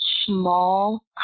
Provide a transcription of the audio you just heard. small